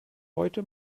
heute